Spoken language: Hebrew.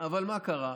אבל מה קרה?